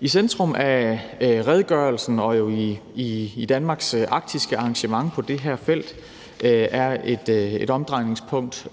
I centrum af redegørelsen og Danmarks arktiske engagement på det her felt står Arktisk Råd som et omdrejningspunkt.